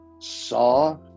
Saw